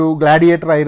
gladiator